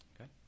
Okay